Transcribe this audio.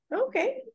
okay